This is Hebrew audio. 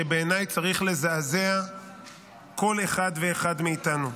שבעיני צריך לזעזע כל אחד ואחד מאיתנו.